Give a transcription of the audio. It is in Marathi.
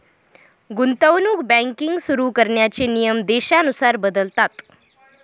गुंतवणूक बँकिंग सुरु करण्याचे नियम देशानुसार बदलतात